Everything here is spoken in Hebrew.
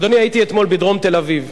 אדוני, הייתי אתמול בדרום תל-אביב.